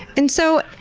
and so,